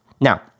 Now